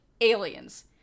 aliens